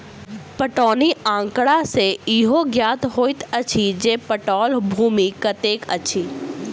पटौनी आँकड़ा सॅ इहो ज्ञात होइत अछि जे पटाओल भूमि कतेक अछि